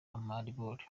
amaribori